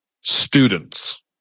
students